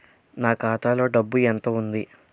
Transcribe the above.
నా ఖాతాలో డబ్బు ఎంత ఉంది?